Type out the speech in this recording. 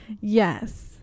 Yes